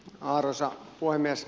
arvoisa puhemies